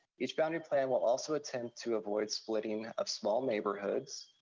each boundary plan will also attempt to avoid splitting of small neighborhoods.